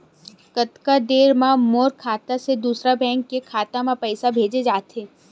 कतका देर मा मोर खाता से दूसरा बैंक के खाता मा पईसा भेजा जाथे?